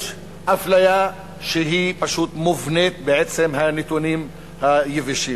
יש אפליה שהיא מובנית בעצם הנתונים היבשים.